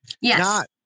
Yes